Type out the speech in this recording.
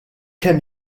kemm